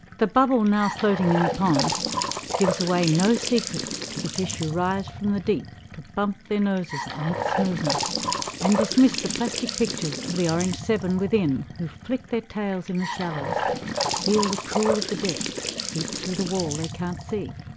the bubble now floating in the pond gives away no secrets to the fish who rise from the deep to bump their noses on its smoothness and dismiss the plastic pictures of the orange seven within who flick their tails in the shallows feel the cool of the depth seep through the wall they can't see.